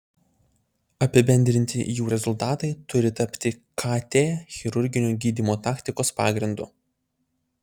apibendrinti jų rezultatai turi tapti kt chirurginio gydymo taktikos pagrindu